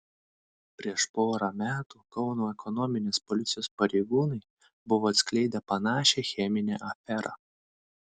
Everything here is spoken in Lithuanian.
prieš porą metų kauno ekonominės policijos pareigūnai buvo atskleidę panašią cheminę aferą